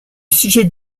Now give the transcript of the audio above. sujet